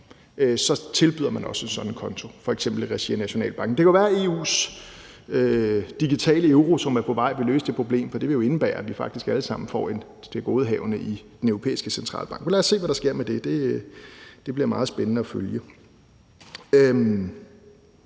tilbyder man også sådan en konto, f.eks. i regi af Nationalbanken. Det kunne være, at EU's digitale euro, som er på vej, vil løse det problem, for det vil jo indebære, at vi faktisk alle sammen får et tilgodehavende i Den Europæiske Centralbank. Men lad os se, hvad der sker med det; det bliver meget spændende at følge.